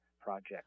project